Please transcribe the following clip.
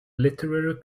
literary